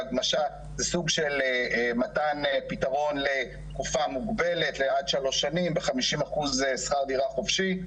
סוג של מתן פתרון לתקופה מוגבלת עד שלוש שנים ב-50% שכר דירה חופשי.